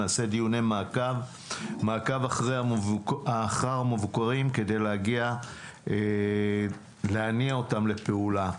נעשה דיוני מעקב אחר מבוקרים כדי להניע אותם לפעולה.